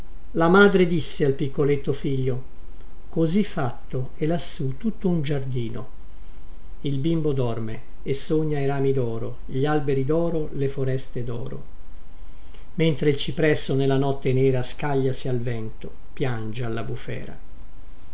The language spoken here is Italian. la madre disse al piccoletto figlio così fatto è lassù tutto un giardino il bimbo dorme e sogna i rami doro gli alberi doro le foreste doro mentre il cipresso nella notte nera scagliasi al vento piange alla bufera